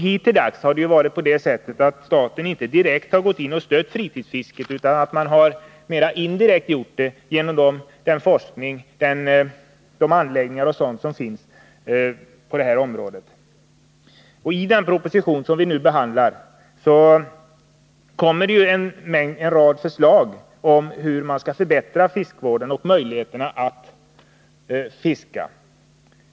Hittilldags har det ju varit på det sättet att staten inte direkt gått in och stött fritidsfisket, utan man har gjort det mera indirekt genom den forskning och de anläggningar som finns på området. I propositionen finns en rad förslag om hur man skall förbättra fiskevården och möjligheterna att fiska.